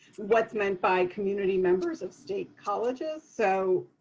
what's meant by community members of state colleges. so